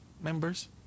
members